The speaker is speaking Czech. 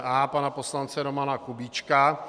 A pana poslance Romana Kubíčka.